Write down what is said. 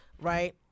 Right